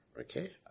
Okay